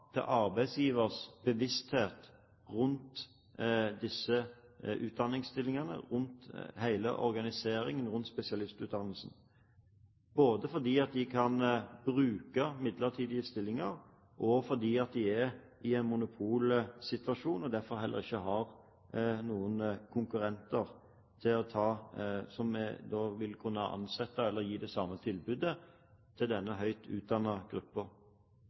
til arbeidsgivers bevissthet rundt disse utdanningsstillingene og rundt hele organiseringen av spesialistutdannelsen – både fordi de kan bruke midlertidige stillinger, og fordi de er i en monopolsituasjon og derfor heller ikke har noen konkurrenter som vil kunne ansette eller gi det samme tilbudet til denne høyt